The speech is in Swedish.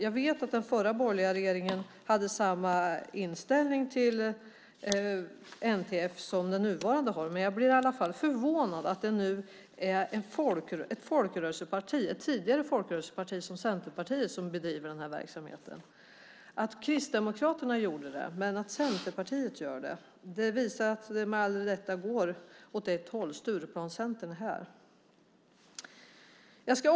Jag vet att den förra borgerliga regeringen hade samma inställning till NTF som den nuvarande, men jag blir i alla fall förvånad över att det nu är ett tidigare folkrörelseparti som Centerpartiet som bedriver den här verksamheten. Att Kristdemokraterna gör det är en sak, men Centerpartiet är något helt annat. Det visar att man går åt ett håll: Stureplanscentern är här!